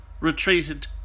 retreated